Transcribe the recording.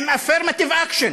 עם affirmative action,